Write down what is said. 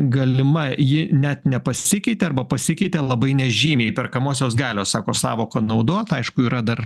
galima ji net nepasikeitė arba pasikeitė labai nežymiai perkamosios galios sako sąvoką naudot aišku yra dar